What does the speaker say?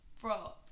Bro